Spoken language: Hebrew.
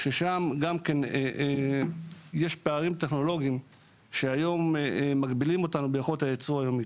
שם יש פערים טכנולוגיים שמגבילים אותנו ביכולת הייצור היומית.